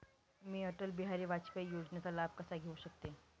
मी अटल बिहारी वाजपेयी योजनेचा लाभ कसा घेऊ शकते?